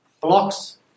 blocks